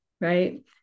right